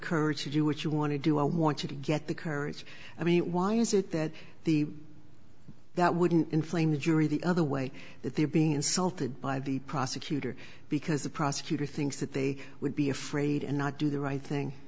courage to do what you want to do i want you to get the currents i mean why is it that the that wouldn't inflame the jury the other way if he being insulted by the prosecutor because the prosecutor thinks that they would be afraid to not do the right thing